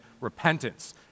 Repentance